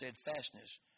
steadfastness